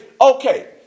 okay